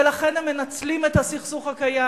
ולכן הם מנצלים את הסכסוך הקיים,